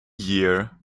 year